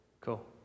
Cool